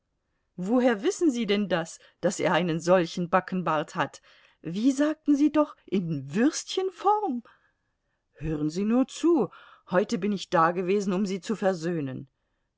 woher wissen sie denn das daß er einen solchen backenbart hat wie sagten sie doch in würstchenform hören sie nur zu heute bin ich da gewesen um sie zu versöhnen